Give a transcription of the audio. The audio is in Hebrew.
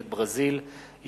טכנולוגיות השקיה ובניית יכולת,